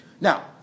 Now